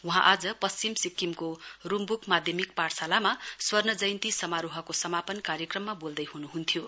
वहाँ आज पश्चिम सिक्किमो रूम्बुक माध्यमिक पाठशालामा स्वर्ण जयन्ती समारोहको समापन कार्यक्रममा बोल्दै हुनुहुन्थ्यो